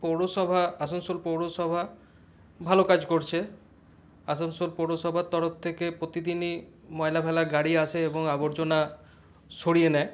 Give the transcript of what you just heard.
পৌরসভা আসানসোল পৌরসভা ভালো কাজ করছে আসানসোল পৌরসভার তরফ থেকে প্রতিদিনই ময়লা ফেলার গাড়ি আসে এবং আবর্জনা সরিয়ে নেই